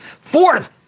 Fourth